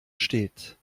steht